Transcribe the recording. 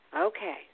okay